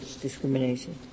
discrimination